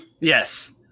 Yes